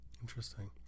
Interesting